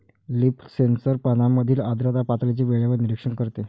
leaf sensor पानांमधील आर्द्रता पातळीचे वेळेवर निरीक्षण करते